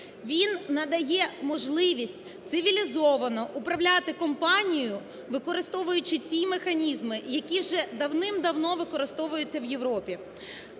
Він надає можливість цивілізовано управляти компанією, використовуючи ті механізми, які вже дивним-давно використовуються в Європі.